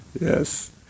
Yes